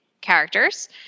characters